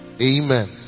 Amen